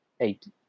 eight